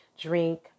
Drink